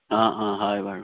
অঁ অঁ হয় বাৰু